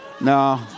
No